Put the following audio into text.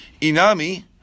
Inami